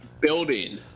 building